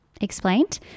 explained